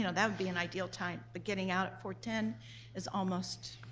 you know that would be an ideal time. but getting out at four ten is almost.